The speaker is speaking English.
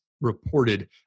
reported